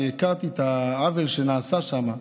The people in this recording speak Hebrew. כי הכרתי את העוול שנעשה שם.